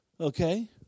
Okay